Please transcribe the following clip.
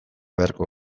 beharko